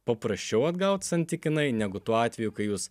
paprasčiau atgaut santykinai negu tuo atveju kai jūs